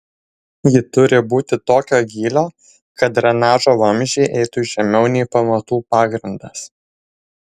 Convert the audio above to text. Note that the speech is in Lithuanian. ji turi būti tokio gylio kad drenažo vamzdžiai eitų žemiau nei pamatų pagrindas